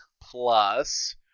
plus